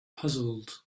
puzzled